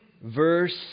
verse